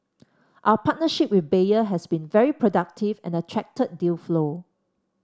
our partnership with Bayer has been very productive and attracted deal flow